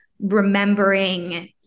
remembering